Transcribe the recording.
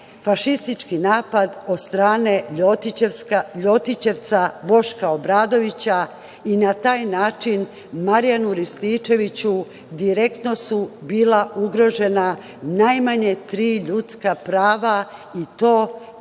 fašistički napad od strane ljotićevca Boška Obradovića i na taj način Marijanu Rističeviću direktno su bila ugrožena najmanje tri ljudska prava, i to